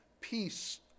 peace